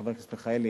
חבר הכנסת מיכאלי,